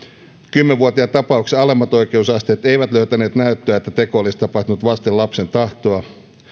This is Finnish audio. kymmenen vuotiaan tapauksessa alemmat oikeusasteet eivät löytäneet näyttöä että teko olisi tapahtunut vasten lapsen tahtoa